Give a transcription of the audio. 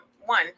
one